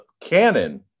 canon